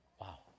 Wow